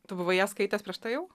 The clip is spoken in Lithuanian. tu buvai ją skaitęsprieš tai jau